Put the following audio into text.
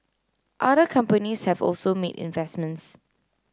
other companies have also made investments